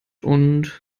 und